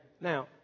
now